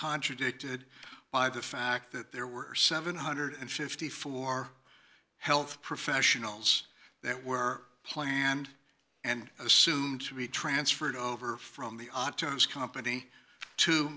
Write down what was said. contradicted by the fact that there were seven hundred and fifty four health professionals that were planned and assumed to be transferred over from the ottos company to